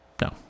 No